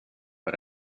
but